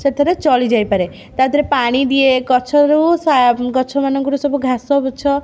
ସେଥିରେ ଚଳି ଯାଇପାରେ ତା ଦିହରେ ପାଣି ଦିଏ ଗଛରୁ ଗଛମାନଙ୍କରୁ ସବୁ ଘାସ ଗୁଛ